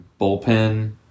bullpen